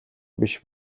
биш